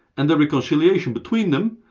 and the reconciliation between them,